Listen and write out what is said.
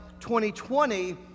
2020